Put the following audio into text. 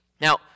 Now